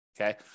okay